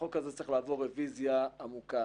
החוק הזה צריך לעבור רביזיה עמוקה,